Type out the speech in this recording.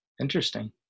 Interesting